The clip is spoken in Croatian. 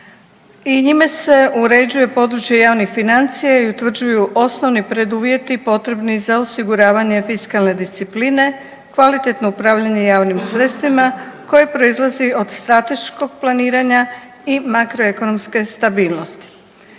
i njime se uređuje područje javnih financija i utvrđuju osnovni preduvjeti potrebni za osiguravanje fiskalne discipline i kvalitetno upravljanje javnim sredstvima koje proizlazi od strateškog planiranja i makroekonomske stabilnosti.